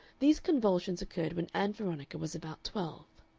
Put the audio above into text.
these convulsions occurred when ann veronica was about twelve.